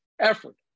effort